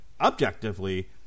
objectively